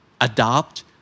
adopt